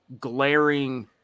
glaring